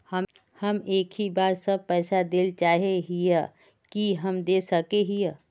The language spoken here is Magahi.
हम एक ही बार सब पैसा देल चाहे हिये की हम दे सके हीये?